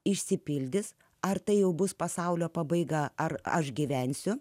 išsipildys ar tai jau bus pasaulio pabaiga ar aš gyvensiu